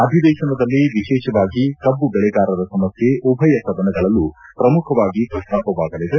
ಅಧಿವೇಶನದಲ್ಲಿ ವಿಶೇಷವಾಗಿ ಕಬ್ಬು ಬೆಳೆಗಾರರ ಸಮಸ್ಯೆ ಉಭಯ ಸದನಗಳಲ್ಲೂ ಪ್ರಮುಖವಾಗಿ ಪ್ರಸ್ತಾಪವಾಗಲಿದೆ